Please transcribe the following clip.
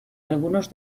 algunos